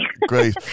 great